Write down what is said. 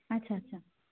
আচ্ছা আচ্ছা